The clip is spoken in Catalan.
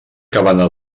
cabana